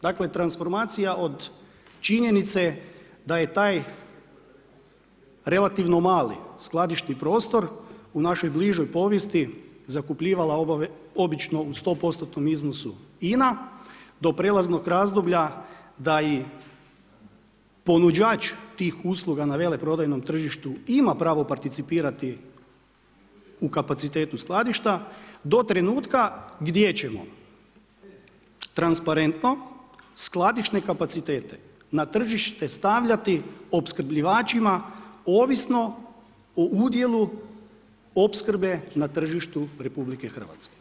Dakle, transformacija od činjenice da je taj relativno mali skladišni prostor u našoj bližoj povijesti zakupljivala obično u sto postotnom iznosu INA do prijelaznog razdoblja da i ponuđač tih usluga na veleprodajnom tržištu ima pravo participirati u kapacitetu skladišta do trenutka gdje ćemo transparentno skladišne kapacitete na tržište stavljati opskrbljivačima ovisno o udjelu opskrbe na tržištu Republike Hrvatske.